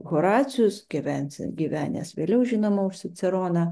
horacijus gynesiąs gyvenęs vėliau žinoma už ciceroną